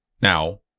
Now